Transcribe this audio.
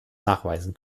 nachweisen